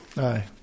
Aye